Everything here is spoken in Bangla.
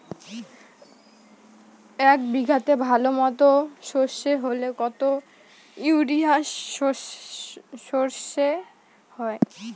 এক বিঘাতে ভালো মতো সর্ষে হলে কত ইউরিয়া সর্ষে হয়?